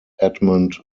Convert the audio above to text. edmond